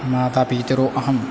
मातापितरौ अहं